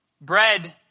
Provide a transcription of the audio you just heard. Bread